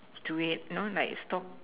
to wait you know like stock